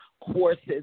courses